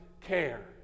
care